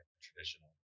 traditional